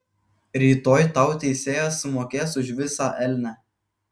rytoj tau teisėjas sumokės už visą elnią